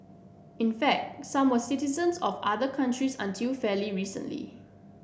in fact some were citizens of other countries until fairly recently